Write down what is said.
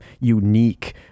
unique